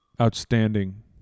Outstanding